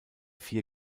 vier